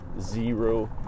zero